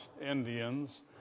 Indians